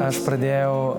aš pradėjau